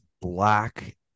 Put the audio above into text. black